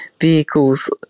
vehicles